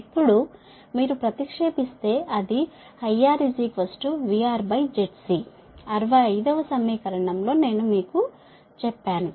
ఇప్పుడు మీరు ప్రతిక్షేపిస్తే అది IRVRZc 65 వ సమీకరణంలో నేను మీకు చెప్పాను